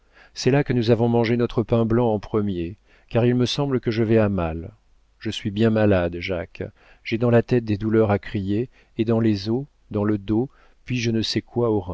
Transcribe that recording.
c'est là que nous avons mangé notre pain blanc en premier car il me semble que je vais à mal je suis bien malade jacques j'ai dans la tête des douleurs à crier et dans les os dans le dos puis je ne sais quoi